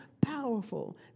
powerful